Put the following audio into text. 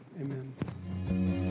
Amen